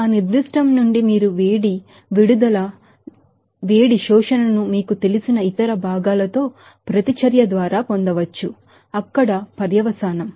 ఆ పర్టికులర్ నుండి మీరు హీట్ రిలీజ్ లేదా అబ్సర్ప్షన్ ను మీకు తెలిసిన ఇతర భాగాలతో ప్రతిచర్య ద్వారా పొందవచ్చు అక్కడ పర్యవసానం